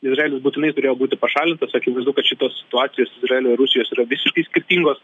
izraelis būtinai turėjo būti pašalintas akivaizdu kad šitos situacijos izraelio ir rusijos yra visiškai skirtingos